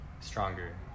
stronger